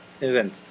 event